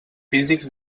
físics